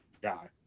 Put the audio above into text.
guy